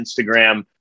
Instagram